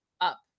up